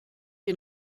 ihr